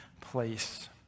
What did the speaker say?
place